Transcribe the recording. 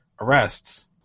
arrests